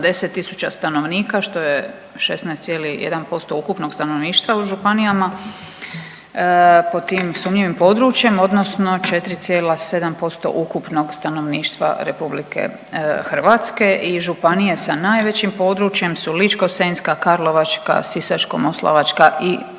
tisuća stanovnika što je 16,1% ukupnog stanovništva u županijama pod tim sumnjivim područjima odnosno 4,7% ukupnog stanovništva RH i županije sa najvećim područjem su Ličko-senjska, Karlovačka, Sisačko-moslavačka i